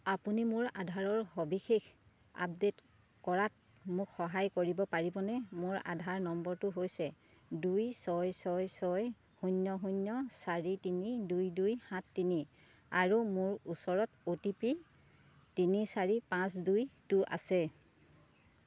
আপুনি মোৰ আধাৰৰ সবিশেষ আপডে'ট কৰাত মোক সহায় কৰিব পাৰিবনে মোৰ আধাৰ নম্বৰটো হৈছে দুই ছয় ছয় ছয় শূন্য শূন্য চাৰি তিনি দুই দুই সাত তিনি আৰু মোৰ ওচৰত অ' টি পি তিনি চাৰি পাঁচ দুইটো আছে